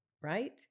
right